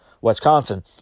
wisconsin